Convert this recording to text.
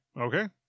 Okay